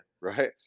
right